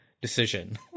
decision